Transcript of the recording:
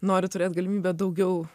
noriu turėti galimybę daugiau